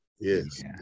yes